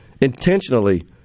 intentionally